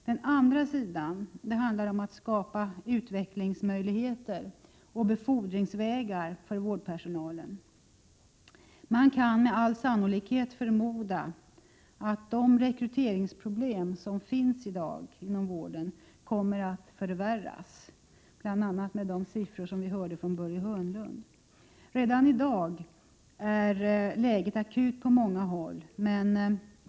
Sedan har vi den andra sidan — alltså att skapa utvecklingsmöjligheter och befordringsvägar för vårdpersonalen. Man kan med all sannolikhet utgå från att de rektryteringsproblem som i dag finns inom vården kommer att förvärras. Detta framgår bl.a. av de siffror som Börje Hörnlund nämnde. Redan i dag är läget akut på många håll.